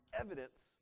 evidence